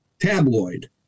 tabloid